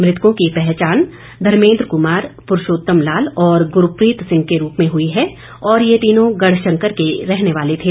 मृतकों की पहचान धर्मेद्र कुमार पुरूषोतम लाल और गुरप्रीत सिंह के रूप में हुई है ये तीनों गढ़शंकर क्षेत्र के रहने वाले थे